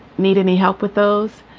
need any help with those?